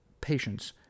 patients